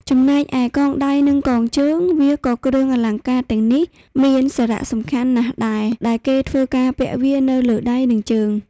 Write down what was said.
ចំណែកឯកងដៃនិងកងជើងវាក៏គ្រឿងអលង្ការទាំងនេះមានសារៈសំខាន់ណាស់ដែរ ដែលគេធ្វើការពាក់វានៅលើដៃ និងជើង។